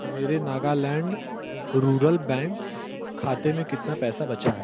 मेरे Nagaland rural bank खाते में कितना पैसा बचा है